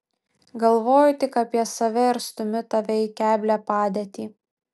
galvoju tik apie save ir stumiu tave į keblią padėtį